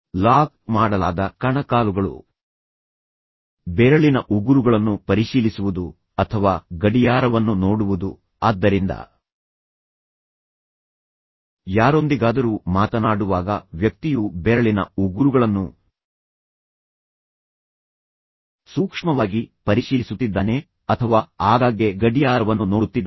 lock ಮಾಡಲಾದ ಕಣಕಾಲುಗಳು ಬೆರಳಿನ ಉಗುರುಗಳನ್ನು ಪರಿಶೀಲಿಸುವುದು ಅಥವಾ ಗಡಿಯಾರವನ್ನು ನೋಡುವುದು ಆದ್ದರಿಂದ ಯಾರೊಂದಿಗಾದರೂ ಮಾತನಾಡುವಾಗ ವ್ಯಕ್ತಿಯು ಬೆರಳಿನ ಉಗುರುಗಳನ್ನು ಸೂಕ್ಷ್ಮವಾಗಿ ಪರಿಶೀಲಿಸುತ್ತಿದ್ದಾನೆ ಅಥವಾ ಆಗಾಗ್ಗೆ ಗಡಿಯಾರವನ್ನು ನೋಡುತ್ತಿದ್ದಾನೆ